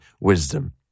wisdom